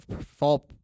fall